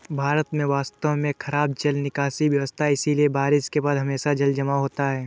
भारत में वास्तव में खराब जल निकासी व्यवस्था है, इसलिए बारिश के बाद हमेशा जलजमाव होता है